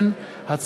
מטעם ועדת החוקה,